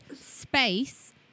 space